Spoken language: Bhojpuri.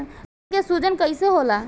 गर्दन के सूजन कईसे होला?